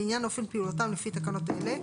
לעניין אופן פעולתם לפי תקנות אלה,